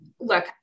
look